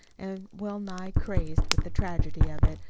and well-nigh crazed with the tragedy of it.